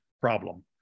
problem